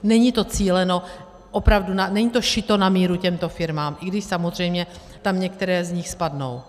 Není to cíleno opravdu, není to šito na míru těmto firmám, i když samozřejmě tam některé z nich spadnou.